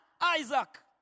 Isaac